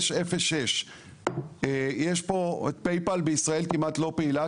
0.5506. יש פה את "פייפאל" בישראל כמעט לא פעילה,